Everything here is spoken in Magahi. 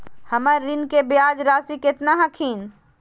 हमर ऋण के ब्याज रासी केतना हखिन?